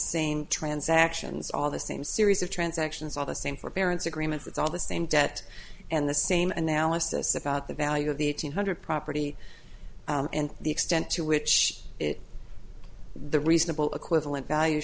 same transactions all the same series of transactions all the same for parents agreements it's all the same debt and the same analysis about the value of the eight hundred property and the extent to which it the reasonable equivalent values